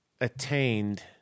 attained